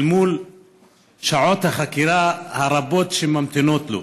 אל מול שעות החקירה הרבות שממתינות לו.